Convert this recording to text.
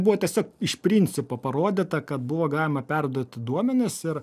buvo tiesiog iš principo parodyta kad buvo galima perduoti duomenis ir